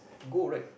good right